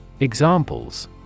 Examples